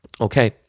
Okay